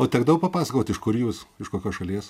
o tekdavo papasakot iš kur jūs iš kokios šalies